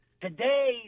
today